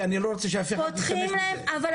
כי אני לא רוצה שאף אחד ישתמש בזה.